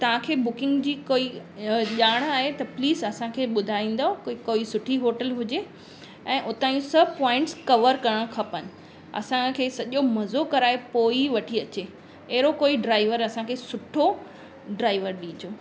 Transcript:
तव्हांखे बुकिंग जी कोई ॼाण आहे त प्लीज़ असांखे ॿुधाईंदव कोई कोई सुठी होटल हुजे ऐं उतां ई सभु पॉइंट्स कवर करणु खपनि असांखे सॼो मज़ो कराइ पोइ वठी अचे अहिड़ो कोई ड्राइवर असांखे सुठो ड्राइवर ॾिजो